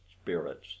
spirits